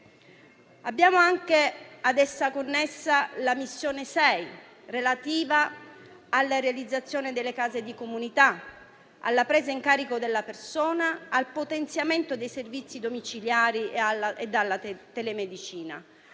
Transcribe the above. Ad essa è connessa la Missione 6, relativa alla realizzazione delle case di comunità, alla presa in carico della persona, al potenziamento dei servizi domiciliari e della telemedicina.